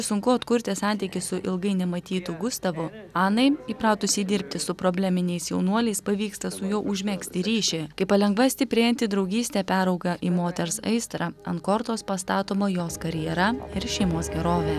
sunku atkurti santykį su ilgai nematytu gustavu anai įpratusiai dirbti su probleminiais jaunuoliais pavyksta su juo užmegzti ryšį kai palengva stiprėjanti draugystė perauga į moters aistrą ant kortos pastatoma jos karjera ir šeimos gerovė